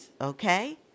okay